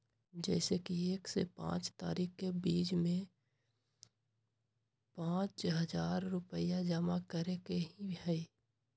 जैसे कि एक से पाँच तारीक के बीज में पाँच हजार रुपया जमा करेके ही हैई?